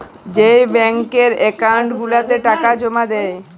যেই ব্যাংকের একাউল্ট গুলাতে টাকা জমা দেই